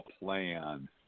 plan